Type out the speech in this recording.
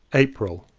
april.